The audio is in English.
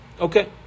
Okay